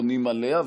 עונים עליה,